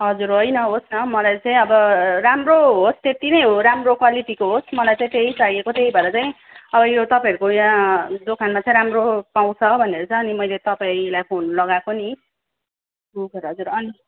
हजुर होइन होस् न मलाई चाहिँ अब राम्रो होस् त्यति नै हो राम्रो क्वालिटीको होस् मलाई चाहिँ त्यही चाहिएको त्यही भएर चाहिँ अब यो तपाईँहरूको यहाँ दोकानमा चाहिँ राम्रो पाउँछ भनेर चाहिँ अनि मैले तपाईँलाई फोन लगाएको नि हजुर हजुर अनि